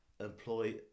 employ